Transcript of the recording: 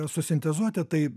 susintezuoti tai